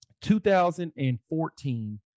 2014